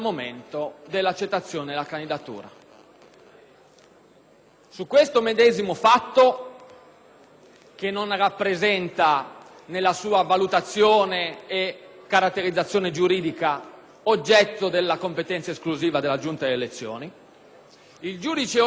Su questo medesimo fatto, che non rappresenta, nella sua valutazione e caratterizzazione giuridica, oggetto della competenza esclusiva della Giunta delle elezioni, il giudice ordinario è chiamato ad esprimersi.